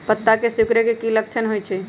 पत्ता के सिकुड़े के की लक्षण होइ छइ?